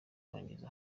kwangiza